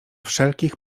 wszelkich